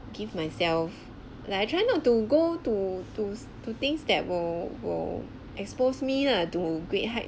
give myself like I try not to go to to to things that will will expose me lah to great height